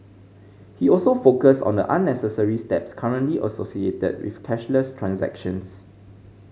he also focused on the unnecessary steps currently associated with cashless transactions